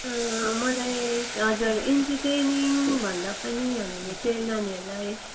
मलाई हजुर इन्टरटेनिङभन्दा पनि हामीले चाहिँ नानीहरूलाई